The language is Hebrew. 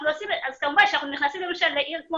אז כמובן כשאנחנו נכנסים למשל לעיר כמו